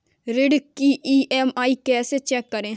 ऋण की ई.एम.आई कैसे चेक करें?